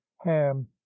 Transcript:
ham